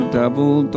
double